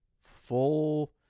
full